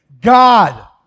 God